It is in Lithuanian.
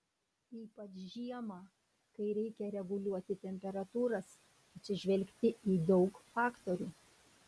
ypač žiemą kai reikia reguliuoti temperatūras atsižvelgti į daug faktorių